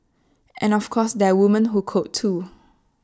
and of course there are women who code too